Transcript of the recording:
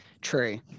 True